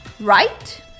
right